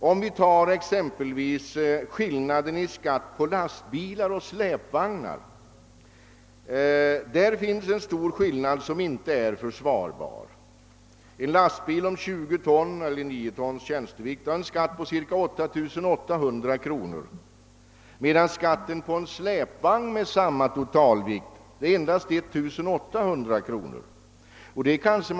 Tar vi exempelvis skatten på lastbilar och släpvagnar kan vi konstatera en stor skillnad som inte är försvarbar. En lastbil på 20 ton, eller 9 tons tjänstevikt, drar en skatt på cirka 8 800 kronor, medan skatten på en släpvagn med samma totalvikt uppgår till endast 1 800 kronor.